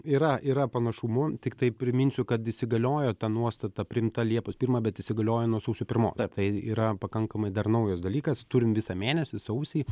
yra yra panašumų tiktai priminsiu kad įsigaliojo ta nuostata priimta liepos pirmą bet įsigalioja nuo sausio pirmo tai yra pakankamai dar naujas dalykas turim visą mėnesį sausį